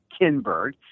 Kinberg